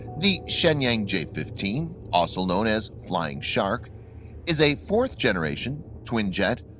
the shenyang j fifteen also known as flying shark is a fourth generation, twin-jet,